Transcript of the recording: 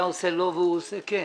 אתה עושה לא והוא עושה כן.